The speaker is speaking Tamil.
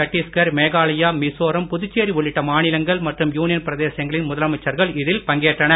சட்டீஸ்கர் மேகாலயா மிசோராம் புதுச்சேரி உள்ளிட்ட மாநிலங்கள் மற்றும் யூனியன் பிரதேசங்களின் முதலமைச்சர்கள் இதில் பங்கேற்றனர்